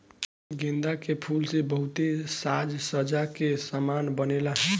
गेंदा के फूल से बहुते साज सज्जा के समान बनेला